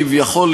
כביכול,